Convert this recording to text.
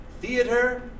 theater